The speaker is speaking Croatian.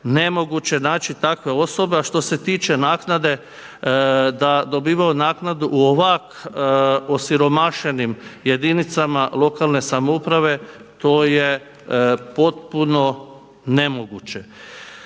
nemoguće naći takve osobe, a što se tiče naknade da dobivaju naknadu u ovak' osiromašenim jedinicama lokalne samouprave to je potpuno nemoguće.